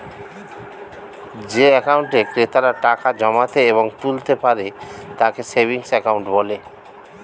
যে অ্যাকাউন্টে ক্রেতারা টাকা জমাতে এবং তুলতে পারে তাকে সেভিংস অ্যাকাউন্ট বলে